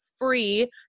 Free